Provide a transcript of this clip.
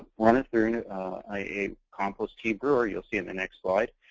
run it through a compost tea brewer, you'll see in the next slide.